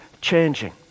changing